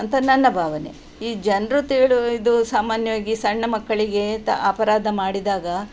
ಅಂತ ನನ್ನ ಭಾವನೆ ಈ ಜನರು ತಿಳಿ ಇದು ಸಾಮಾನ್ಯವಾಗಿ ಸಣ್ಣ ಮಕ್ಕಳಿಗೆ ತ ಅಪರಾಧ ಮಾಡಿದಾಗ